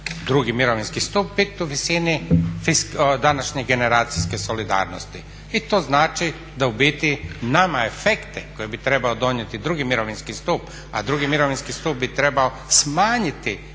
drugi mirovinski stup biti u visini današnje generacijske solidarnosti. I to znači da u biti nama efekti koje bi trebao donijeti drugi mirovinski stup, a drugi mirovinski stup bi trebao smanjiti